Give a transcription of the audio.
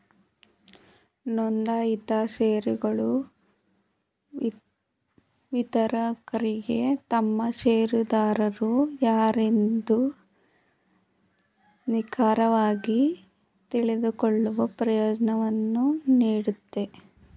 ನೊಂದಾಯಿತ ಶೇರುಗಳು ವಿತರಕರಿಗೆ ತಮ್ಮ ಶೇರುದಾರರು ಯಾರೆಂದು ನಿಖರವಾಗಿ ತಿಳಿದುಕೊಳ್ಳುವ ಪ್ರಯೋಜ್ನವನ್ನು ನೀಡುತ್ತೆ